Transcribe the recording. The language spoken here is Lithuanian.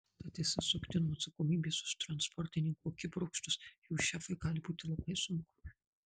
tad išsisukti nuo atsakomybės už transportininkų akibrokštus jų šefui gali būti labai sunku